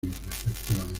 respectivamente